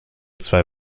zwei